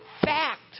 fact